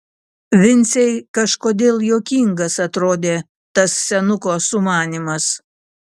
vincei kažkodėl juokingas atrodė tas senuko sumanymas